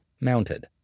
mounted